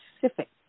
Pacific